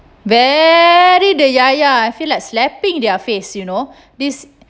very the yaya I feel like slapping their face you know this